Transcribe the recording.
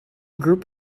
group